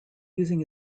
using